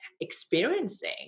experiencing